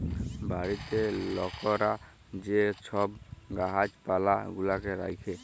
বাড়িতে লকরা যে ছব গাহাচ পালা গুলাকে রাখ্যে